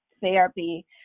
therapy